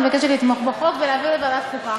אני מבקשת לתמוך בחוק ולהעבירו לוועדת החוקה.